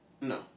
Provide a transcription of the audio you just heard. No